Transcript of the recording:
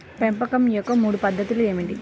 పెంపకం యొక్క మూడు పద్ధతులు ఏమిటీ?